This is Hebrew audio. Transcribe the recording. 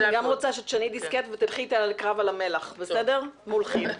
אני גם רוצה שתשני דיסקט ותלכי לקרב על המלח מול כי"ל.